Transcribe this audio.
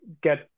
get